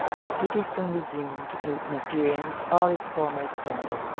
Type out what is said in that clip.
the city soon resumed in appearance all its former splendor.